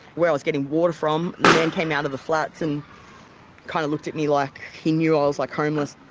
where i was getting water from, a man came out of the flats and kind of looked at me like he knew i was like homeless.